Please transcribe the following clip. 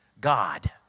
God